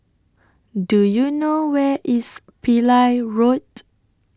Do YOU know Where IS Pillai Road